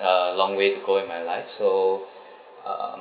uh long way to go in my life so uh um